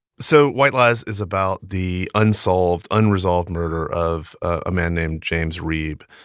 so white lies is about the unsolved, unresolved murder of a man named james reeb,